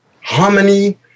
harmony